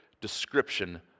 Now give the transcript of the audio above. description